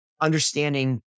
understanding